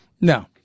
no